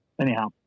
Anyhow